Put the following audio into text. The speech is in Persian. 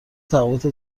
تفاوت